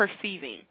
perceiving